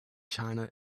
china